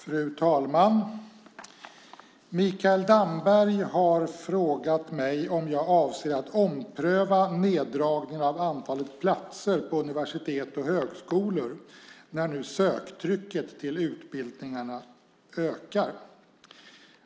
Fru talman! Mikael Damberg har frågat mig om jag avser att ompröva neddragningen av antalet platser på universitet och högskolor när nu söktrycket på utbildningarna ökar.